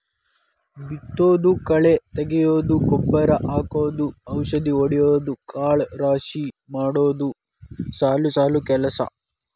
ಬಿತ್ತುದು ಕಳೆ ತಗಿಯುದು ಗೊಬ್ಬರಾ ಹಾಕುದು ಔಷದಿ ಹೊಡಿಯುದು ಕಾಳ ರಾಶಿ ಮಾಡುದು ಸಾಲು ಸಾಲು ಕೆಲಸಾ